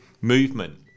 movement